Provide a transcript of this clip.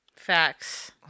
facts